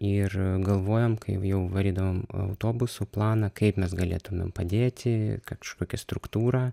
ir galvojom kaip jau varydavom autobusu planą kaip mes galėtumėm padėti kažkokią struktūrą